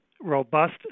robust